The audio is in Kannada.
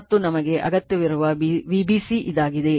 ಮತ್ತು ನಮಗೆ ಅಗತ್ಯವಿರುವ Vbc ಇದಾಗಿದೆ